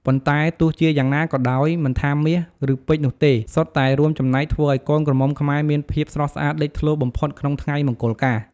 ប៉ុន្តែទោះជាយ៉ាងណាក៏ដោយ មិនថាមាស ឬពេជ្រនោះទេ សុទ្ធតែរួមចំណែកធ្វើឱ្យកូនក្រមុំខ្មែរមានភាពស្រស់ស្អាតលេចធ្លោបំផុតក្នុងថ្ងៃមង្គលការ។